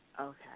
Okay